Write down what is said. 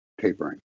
tapering